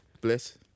Bless